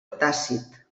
tàcit